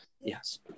Yes